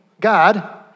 God